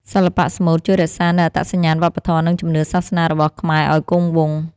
សិល្បៈស្មូតជួយរក្សានូវអត្តសញ្ញាណវប្បធម៌ និងជំនឿសាសនារបស់ខ្មែរឱ្យគង់វង្ស។